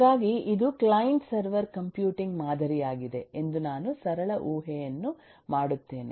ಹಾಗಾಗಿ ಇದು client server computing ಮಾದರಿಯಾಗಿದೆ ಎಂದು ನಾನು ಸರಳ ಊಹೆಯನ್ನು ಮಾಡುತ್ತೇನೆ